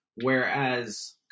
Whereas